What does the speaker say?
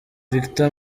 victor